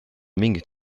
mingit